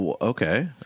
Okay